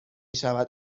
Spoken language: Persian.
شود